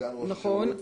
סגן ראש השירות,